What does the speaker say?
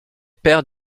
père